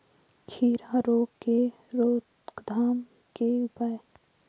खीरा रोग के रोकथाम के उपाय?